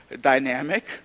dynamic